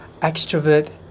Extrovert